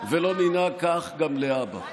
ולא ננהג כך גם להבא.